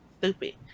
Stupid